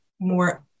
more